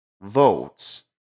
votes